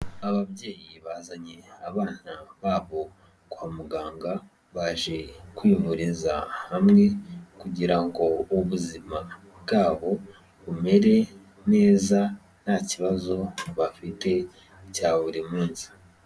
Ababyeyi bazanye abana babo kwa muganga, baje kwivuriza hamwe kugira ngo ubuzima bwabo bumere neza, nta kibazo bafite cya buri munsi.